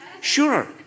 Sure